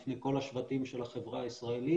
בפני כל השבטים של החברה הישראלית